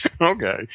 Okay